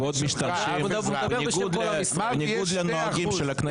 -- ועוד משתמשים בניגוד לנוהגים של הכנסת.